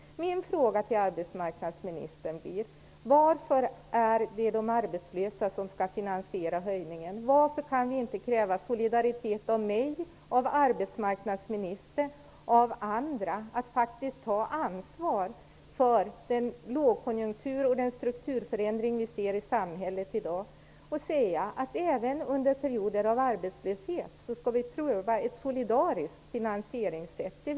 Min fråga till arbetsmarknadsministern blir: Varför är det de arbetslösa som skall finansiera höjningen? Varför kan man inte kräva solidaritet av mig, av arbetsmarknadsministern och av andra att faktiskt ta ansvar för den lågkonjunktur och strukturförändring vi ser i samhället i dag och säga att vi även under perioder av arbetslöshet skall pröva ett solidariskt finansieringssätt?